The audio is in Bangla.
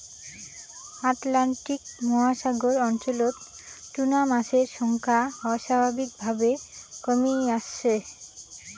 অ্যাটলান্টিক মহাসাগর অঞ্চলত টুনা মাছের সংখ্যা অস্বাভাবিকভাবে কমি আসছে